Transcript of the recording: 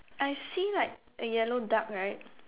I see like a yellow duck right